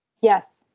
Yes